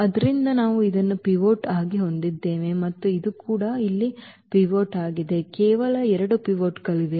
ಆದ್ದರಿಂದ ನಾವು ಇದನ್ನು ಪಿವೋಟ್ ಆಗಿ ಹೊಂದಿದ್ದೇವೆ ಮತ್ತು ಇದು ಕೂಡ ಇಲ್ಲಿ ಪಿವೋಟ್ ಆಗಿದೆ ಕೇವಲ ಎರಡು ಪಿವೋಟ್ಗಳಿವೆ